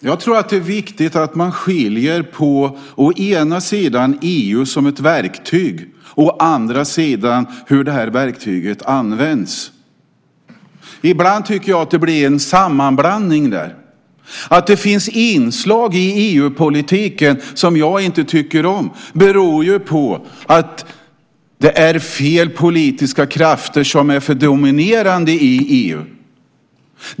Fru talman! Jag tror att det är viktigt att man skiljer på EU som ett verktyg och hur det verktyget används. Ibland blir det en sammanblandning. Att det finns inslag i EU-politiken som jag inte tycker om beror ju på att det är fel politiska krafter som är för dominerande i EU.